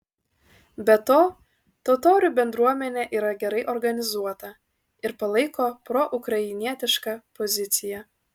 be to totorių bendruomenė yra gerai organizuota ir palaiko proukrainietišką poziciją